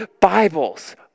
Bibles